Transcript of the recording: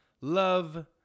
Love